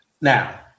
Now